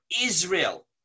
Israel